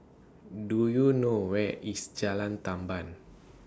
Do YOU know Where IS Jalan Tamban